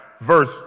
verse